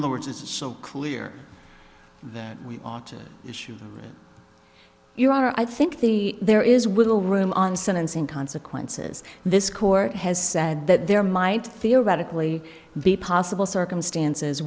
other words it's so clear that we ought to issue you are i think the there is wiggle room on sentencing consequences this court has said that there might theoretically be possible circumstances